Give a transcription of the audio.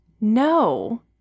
no